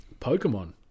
Pokemon